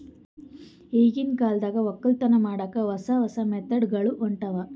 ಈಗಿನ್ ಕಾಲದಾಗ್ ವಕ್ಕಲತನ್ ಮಾಡಕ್ಕ್ ಹೊಸ ಹೊಸ ಮೆಥಡ್ ಗೊಳ್ ಹೊಂಟವ್